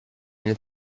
nel